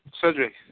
Cedric